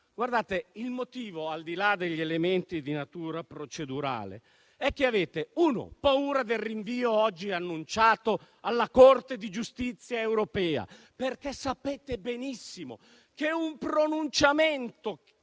Il motivo, al di là degli elementi di natura procedurale, è che avete in primo luogo paura del rinvio oggi annunciato alla Corte di giustizia europea, perché sapete benissimo che un pronunciamento